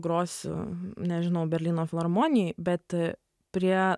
grosiu nežinau berlyno filharmonijoj bet prie